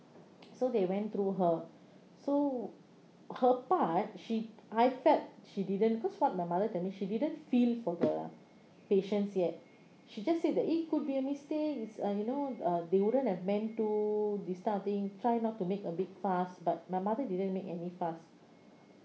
so they went through her so her part she I felt she didn't cause not my mother clinic she didn't feel for the patients yet she just said that it could be a mistake it's a you know uh they wouldn't have meant to this kind of thing try not to make a big fuss but my mother didn't make any fuss